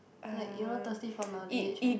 like you know thirsty for knowledge and